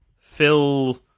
Phil